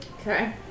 Okay